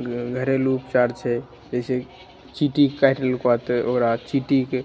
घरेलु उपचार छै जैसे चींटी काटि लेलको तऽ ओकरा चींटीके